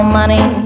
money